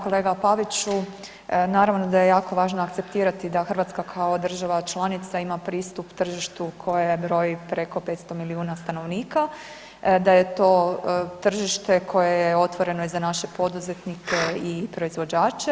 Kolega Paviću naravno da je jako važno akceptirati da Hrvatska kao država članica ima pristup tržištu koje broji preko 500 milijuna stanovnika, da je to tržište koje je otvoreno i za naše poduzetnike i proizvođače.